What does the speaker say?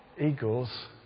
Eagles